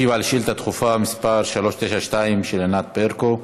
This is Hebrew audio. להשיב על שאילתה דחופה מס' 392 של ענת ברקו.